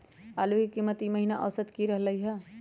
आलू के कीमत ई महिना औसत की रहलई ह?